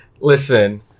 listen